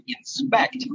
inspect